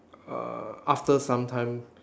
uh after some time